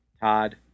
Todd